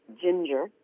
ginger